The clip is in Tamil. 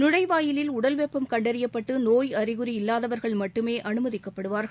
நுழைவாயிலில் உடல் வெப்பம் கண்டறியப்பட்டு நோய் அறிகுறி இல்லாதவர்கள் மட்டுமே அனுமதிக்கப்படுவார்கள்